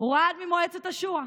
הוא רעד ממועצת השורא,